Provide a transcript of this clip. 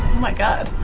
my god.